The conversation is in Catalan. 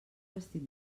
vestit